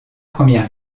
premières